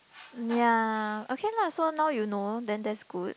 ya okay lah so now you know then that's good